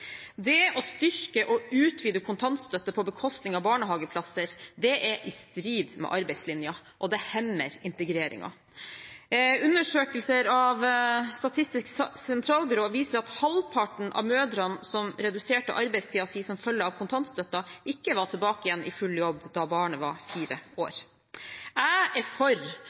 Det å styrke og utvide kontantstøtte på bekostning av barnehageplasser, er i strid med arbeidslinjen, og det hemmer integreringen. Undersøkelser av Statistisk sentralbyrå viser at halvparten av mødrene som reduserte arbeidstiden sin som følge av kontantstøtten, ikke var tilbake i full jobb da barnet var fire år. Jeg er for